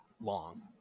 long